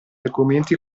argomenti